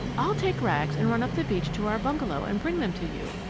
i'll take rags and run up the beach to our bungalow and bring them to you,